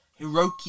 Hiroki